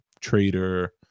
trader